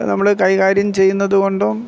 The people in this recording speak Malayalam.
നമ്മൾ കൈകാര്യം ചെയ്യുന്നത് കൊണ്ടും